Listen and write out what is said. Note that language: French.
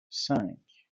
cinq